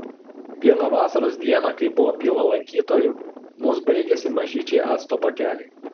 vieną vasaros dieną kai buvo pilna lankytojų mums baigėsi mažyčiai acto pakeliai